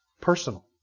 Personal